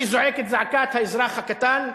אני זועק את זעקת האזרח הקטן,